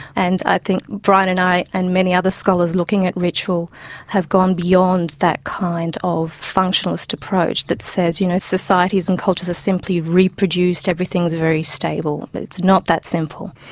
and i think brian and i and many other scholars looking at ritual have gone beyond that kind of functionalist approach that says, you know, societies and cultures are simply reproduced, everything is very stable. but it's not that simple.